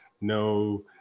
no